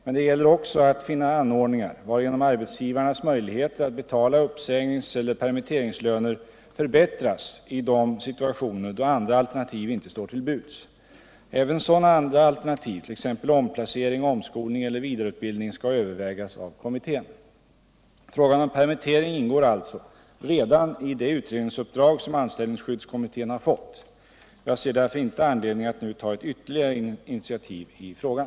Men det gäller också att finna anordningar, varigenom arbetsgivarnas möjligheter att betala uppsägningseller permitteringslöner förbättras i de situationer då andra alternativ inte står till buds. Även sådana andra alternativ — t.ex. omplacering, omskolning eller vidareutbildning — skall övervägas av kommittén. Frågan om permittering ingår alltså redan i det utredningsuppdrag som anställningsskyddskommittén har fått. Jag ser därför inte anledning att nu ta ett ytterligare initiativ i frågan.